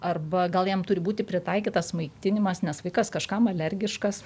arba gal jam turi būti pritaikytas maitinimas nes vaikas kažkam alergiškas